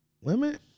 Women